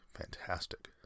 fantastic